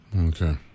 Okay